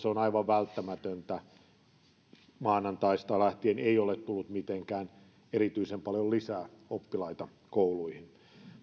on aivan välttämätöntä maanantaista lähtien ei ole tullut mitenkään erityisen paljon lisää oppilaita kouluihin